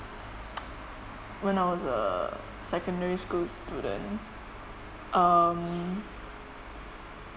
when I was a secondary school student um